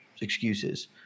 excuses